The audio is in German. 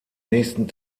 nächsten